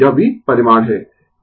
यह भी परिमाण है